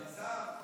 אלעזר,